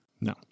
No